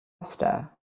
pasta